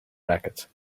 racket